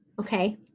okay